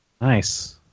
Nice